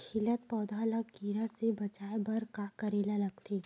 खिलत पौधा ल कीरा से बचाय बर का करेला लगथे?